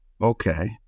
Okay